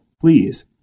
please